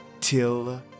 till